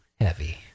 heavy